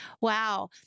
Wow